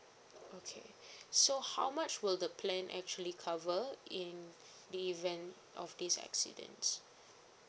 okay so how much would the plan actually cover in the event of this accident